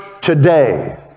today